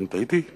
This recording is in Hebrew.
האם טעיתי?